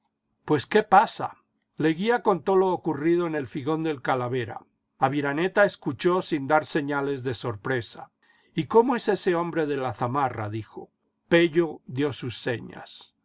pues qué pasa leguía contó lo ocurrido en el figón del calavera aviraneta escuchó sin dar señales de sorpresa y cómo es ese hombre de la zamarra dijo pello dio sus señas